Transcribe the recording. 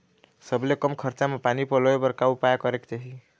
सबले कम खरचा मा पानी पलोए बर का उपाय करेक चाही?